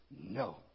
no